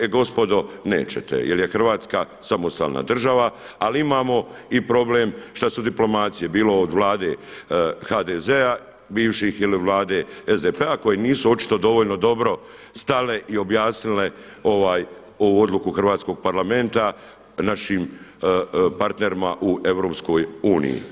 E gospodo nećete jer je Hrvatska samostalna država ali imamo i problem šta su diplomacije, bilo od Vlade HDZ-a, bivših ili Vlade SDP-a koji nisu očito dovoljno dobro stale i objasnile ovu odluku hrvatskog Parlamenta našim partnerima u EU.